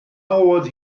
oedd